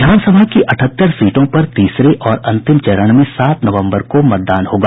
विधानसभा की अठहत्तर सीटों पर तीसरे और अंतिम चरण में सात नवंबर को मतदान होगा